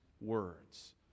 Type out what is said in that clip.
words